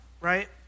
right